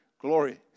Glory